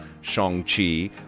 Shang-Chi